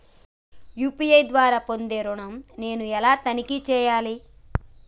UPI ద్వారా పొందే ఋణం నేను ఎలా తనిఖీ చేయాలి?